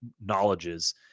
knowledges